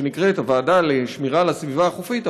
שנקראת הוועדה לשמירה על הסביבה החופית,